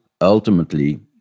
ultimately